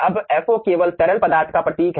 अब fo केवल तरल पदार्थ का प्रतीक है